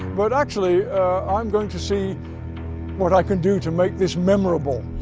but actually i'm going to see what i can do to make this memorable.